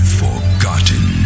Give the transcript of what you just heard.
forgotten